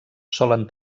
solen